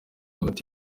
hagati